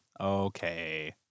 Okay